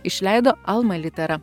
išleido alma litera